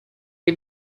che